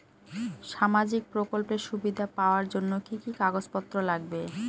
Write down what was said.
সামাজিক প্রকল্পের সুবিধা পাওয়ার জন্য কি কি কাগজ পত্র লাগবে?